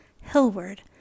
hillward